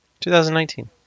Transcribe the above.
2019